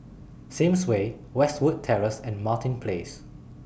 Sims Way Westwood Terrace and Martin Place